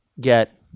get